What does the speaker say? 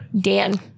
Dan